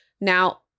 Now